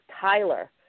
Tyler